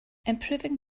improving